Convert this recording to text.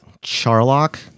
Charlock